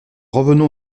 revenons